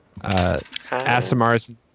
Asimars